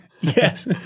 Yes